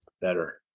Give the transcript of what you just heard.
better